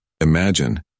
Imagine